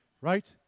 right